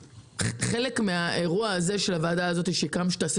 חלק מהאירוע הזה של הוועדה הזאת שכמה שתעשה